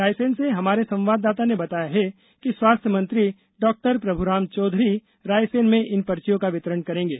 रायसेन से हमारे संवाददाता ने बताया है कि स्वास्थ्य मंत्री डॉ प्रभुराम चौधरी रायसेन में इन पर्चियों का वितरण करेंगे